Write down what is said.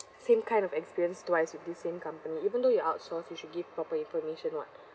same kind of experience twice with this same company even though you outsource you should give proper information [what]